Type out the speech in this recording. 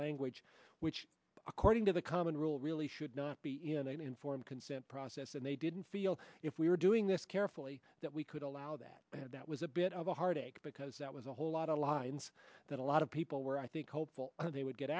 language which according to the common rule really should not be informed consent process and they didn't feel if we were doing this carefully that we could allow that that was a bit of a heartache because that was a whole lot alliance that a lot of people were i think hopeful they would get